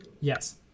Yes